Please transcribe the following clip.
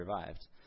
survived